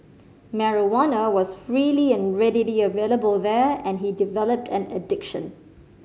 marijuana was freely and readily available there and he developed an addiction